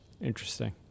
Interesting